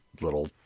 little